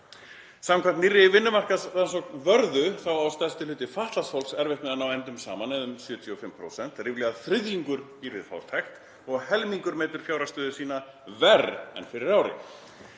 Samkvæmt nýrri vinnumarkaðsrannsókn Vörðu á stærsti hluti fatlaðs fólks erfitt með að ná endum saman, eða um 75%, ríflega þriðjungur býr við fátækt og helmingur metur fjárhagsstöðu sína verr en fyrir ári.